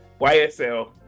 YSL